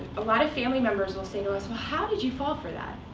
a lot of family members will say to us, well, how did you fall for that?